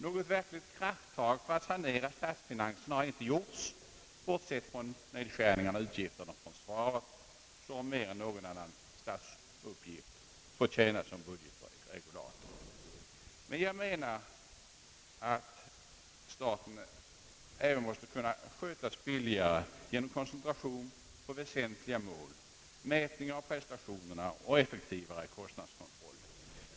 Något verkligt krafttag för att sanera statsfinanserna har inte gjorts, bortsett från nedskärningarna av utgifterna för försvaret, som mer än någon annan statsuppgift fått tjäna som budgetregulator. Jag anser att staten måste kunna skötas billigare genom koncentration på väsentliga mål, mätning av prestationerna och effektivare kostnadskontroll.